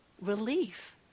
relief